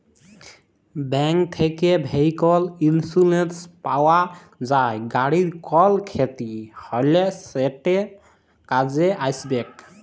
bank থ্যাকে vehicle insurance পাউয়া যায়, গাড়ির কল খ্যতি হ্যলে সেট কাজে আইসবেক